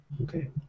Okay